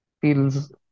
feels